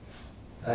mm